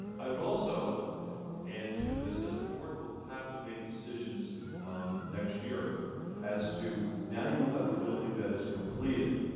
i would also add to this that the board will have to make decisions next year as to now you have a building that is completed.